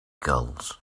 gulls